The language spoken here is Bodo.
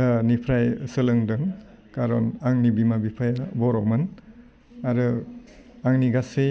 निफ्राय सोलोंदों खारन आंनि बिमा बिफाया बर'मोन आरो आंनि गासै